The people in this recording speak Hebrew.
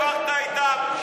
דיברת איתם,